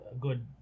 good